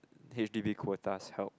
H_D_B quotas help